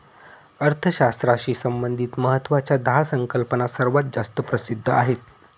अर्थशास्त्राशी संबंधित महत्वाच्या दहा संकल्पना सर्वात जास्त प्रसिद्ध आहेत